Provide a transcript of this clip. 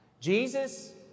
Jesus